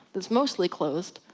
that is mostly closed,